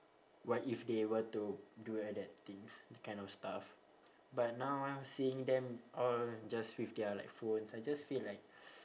what if they were to do at the things that kind of stuff but now ah seeing them all just with their like phone I just feel like